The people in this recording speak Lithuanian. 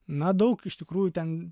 na daug iš tikrųjų ten